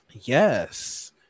Yes